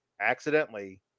accidentally